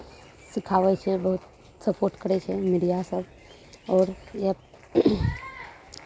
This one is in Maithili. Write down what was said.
सिखाबै छै बहुत सपोर्ट करै छै मीडियासभ आओर इएह